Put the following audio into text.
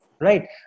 Right